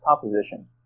composition